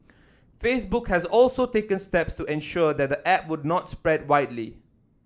Facebook has also taken steps to ensure that the app would not spread widely